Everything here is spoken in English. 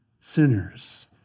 sinners